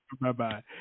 Bye-bye